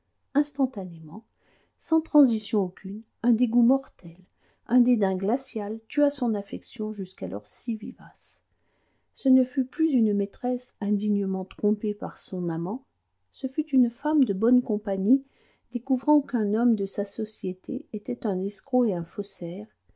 instantanément sans transition aucune un dégoût mortel un dédain glacial tua son affection jusqu'alors si vivace ce ne fut plus une maîtresse indignement trompée par son amant ce fut une femme de bonne compagnie découvrant qu'un homme de sa société était un escroc et un faussaire